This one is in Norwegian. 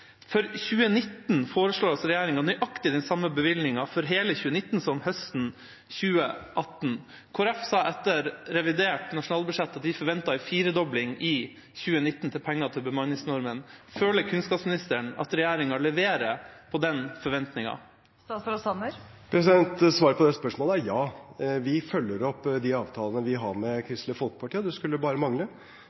foreslår altså nøyaktig den samme bevilgningen for hele 2019 som høsten 2018. Kristelig Folkeparti sa etter revidert nasjonalbudsjett at de forventet en firedobling av penger til bemanningsnormen i 2019. Føler kunnskapsministeren at regjeringa leverer på den forventningen? Svaret på det spørsmålet er ja. Vi følger opp de avtalene vi har med Kristelig Folkeparti. Det skulle bare mangle.